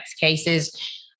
cases